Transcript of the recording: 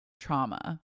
trauma